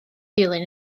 dilyn